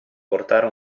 portare